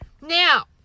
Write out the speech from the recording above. Now